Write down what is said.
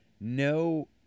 No